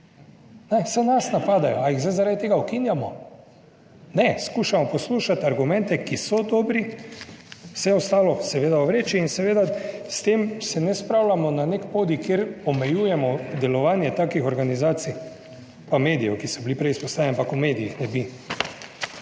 Saj nas napadajo. A jih zdaj zaradi tega ukinjamo? Ne, skušamo poslušati argumente, ki so dobri, vse ostalo seveda ovreči in seveda s tem se ne spravljamo na nek podij, kjer omejujemo delovanje takih organizacij pa medijev, ki so bili prej izpostavljeni, ampak o medijih ne bi.